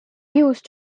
use